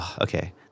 Okay